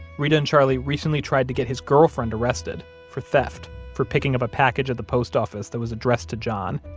reta and charlie recently tried to get his girlfriend arrested for theft for picking up a package at the post office that was addressed to john,